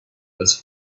was